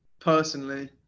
personally